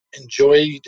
enjoyed